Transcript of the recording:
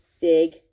big